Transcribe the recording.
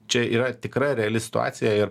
čia yra tikra reali situacija ir